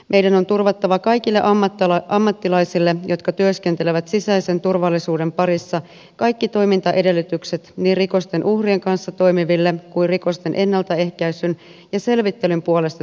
meidän on turvattava kaikille ammattilaisille jotka työskentelevät sisäisen turvallisuuden parissa kaikki toimintaedellytykset niin rikosten uhrien kanssa toimiville kuin rikosten ennaltaehkäisyn ja selvittelyn puolesta työtä tekeville